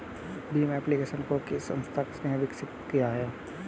Bhim application को किस संस्था ने विकसित किया है?